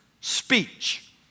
speech